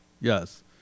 Yes